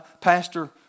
pastor